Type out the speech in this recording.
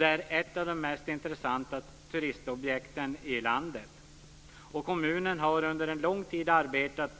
Den är ett av de mest intressanta turistobjekten i landet. Kommunen har under lång tid arbetat